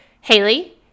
Haley